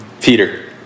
Peter